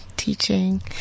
Teaching